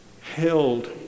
held